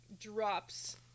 drops